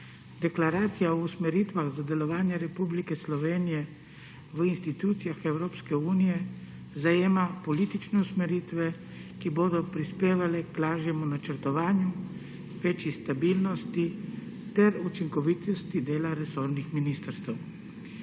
Deklaracija o usmeritvah za delovanje Republike Slovenije v institucijah Evropske unije zajema politične usmeritve, ki bodo prispevale k lažjemu načrtovanju, večji stabilnosti ter učinkovitosti dela resornih ministrstev.